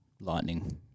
lightning